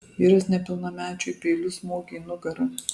vyras nepilnamečiui peiliu smogė į nugarą